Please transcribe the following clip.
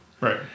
Right